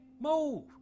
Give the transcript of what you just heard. move